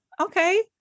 Okay